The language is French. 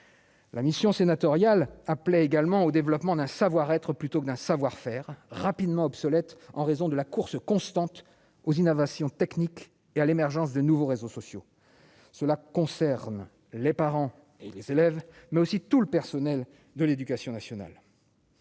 La mission sénatoriale appelait également au développement d'un savoir-être plutôt que d'un savoir-faire rapidement obsolètes en raison de la course constante aux innovations techniques et à l'émergence de nouveaux réseaux sociaux, cela concerne les parents et les élèves, mais aussi tout le personnel de l'Éducation nationale.